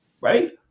right